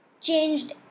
changed